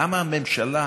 למה הממשלה,